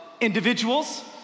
individuals